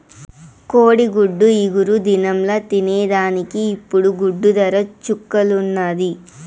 కోడిగుడ్డు ఇగురు దినంల తినేదానికి ఇప్పుడు గుడ్డు దర చుక్కల్లున్నాది